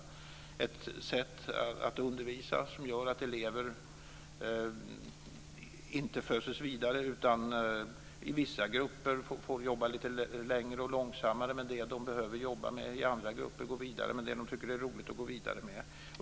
Man bör ha ett sätt att undervisa som gör att elever inte föses vidare, utan i vissa grupper får jobba lite längre och långsammare med det som de behöver jobba med och i andra grupper gå vidare med det som de tycker att det är roligt att gå vidare med.